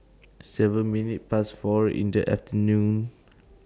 seven minutes Past four in The afternoon